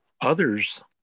Others